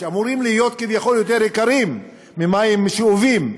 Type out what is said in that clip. שאמורים להיות כביכול יותר יקרים ממים שאובים,